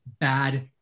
bad